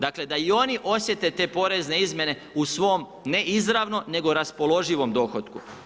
Dakle da i oni osjete te porezne izmjene u svom ne izravno nego raspoloživo dohotku.